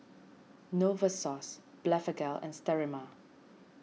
Novosource Blephagel and Sterimar